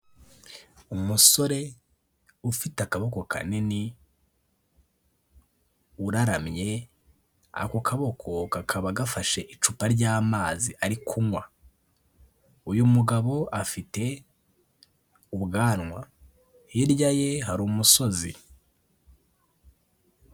Umusore ufite akaboko kanini, uraramye, ako kaboko kakaba gafashe icupa ry'amazi ari kunywa, uyu mugabo afite ubwanwa, hirya ye hari umusozi.